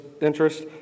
interest